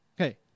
Okay